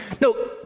No